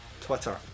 Twitter